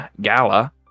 Gala